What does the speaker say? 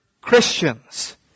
Christians